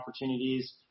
opportunities